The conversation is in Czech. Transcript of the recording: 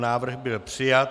Návrh byl přijat.